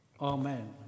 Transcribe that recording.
Amen